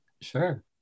Sure